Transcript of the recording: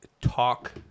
talk